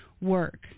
Work